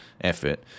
effort